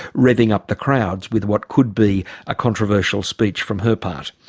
revving up the crowds with what could be a controversial speech from her part.